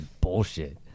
bullshit